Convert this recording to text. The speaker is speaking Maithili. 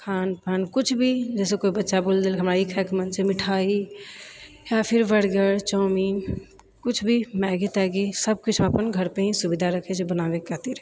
खानपान किछु भी जैसे कोइ बच्चा बोल देलकै हमरा ई खायके मन छै मिठाई या फिर बर्गर चाउमिन कुछ भी मैगी तैगी सब किछु अपन घरपर ही सुविधा राखै छिए बनावै खातिर